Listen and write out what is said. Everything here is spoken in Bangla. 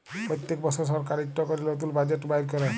প্যত্তেক বসর সরকার ইকট ক্যরে লতুল বাজেট বাইর ক্যরে